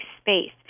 space